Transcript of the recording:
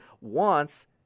wants